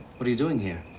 what are you doing here?